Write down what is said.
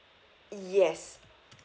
yes